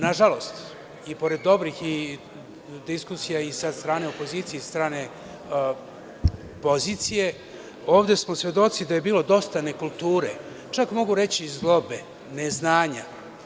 Nažalost i pored dobrih diskusija i od strane opozicije i od strane pozicije ovde smo svedoci da je bilo dosta nekulture, čak mogu reći zlobe, neznanja.